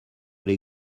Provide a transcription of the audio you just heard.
les